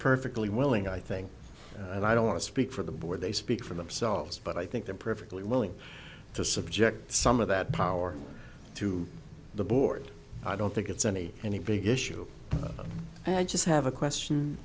perfectly willing i think and i don't want to speak for the board they speak for themselves but i think they're perfectly willing to subject some of that power to the board i don't think it's any any big issue i just have a question